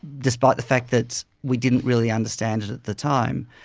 despite the fact that we didn't really understand it at the time,